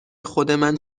خودمن